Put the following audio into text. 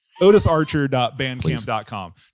otisarcher.bandcamp.com